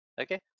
Okay